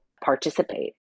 participate